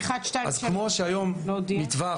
אז כמו שהיום מטווח,